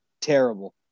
Terrible